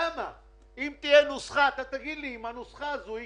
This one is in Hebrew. נמשיך ואני מקווה שתבין את מערכת היחסים הזאת.